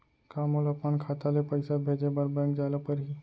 का मोला अपन खाता ले पइसा भेजे बर बैंक जाय ल परही?